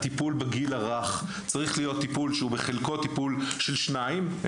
הטיפול בגיל הרך צריך להיות טיפול שהוא בחלקו טיפול של שניים: